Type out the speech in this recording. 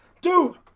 Dude